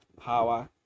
power